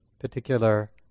particular